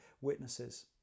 witnesses